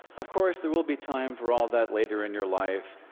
of course, there will be time for all that later in your life,